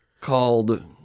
called –